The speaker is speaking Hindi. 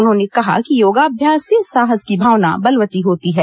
उन्होंने कहा कि योगाभ्यास से साहस की भावना बलवती होती है